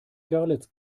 görlitz